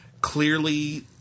clearly